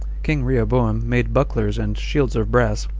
king rehoboam made bucklers and shields of brass,